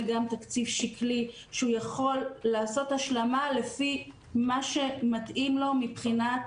גם תקציב שקלי שהוא יכול לעשות השלמה לפי מה שמתאים לו מבחינת